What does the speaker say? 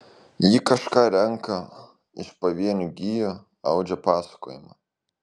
ji kažką renka iš pavienių gijų audžia pasakojimą